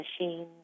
machine